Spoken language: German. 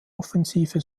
offensive